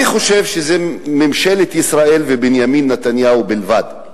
אני חושב שזה ממשלת ישראל ובנימין נתניהו בלבד,